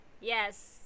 Yes